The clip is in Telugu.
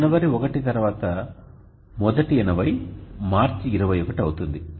జనవరి 1 తర్వాత మొదటి 80 మార్చి 21 అవుతుంది